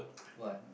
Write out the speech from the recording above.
what